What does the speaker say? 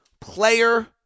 player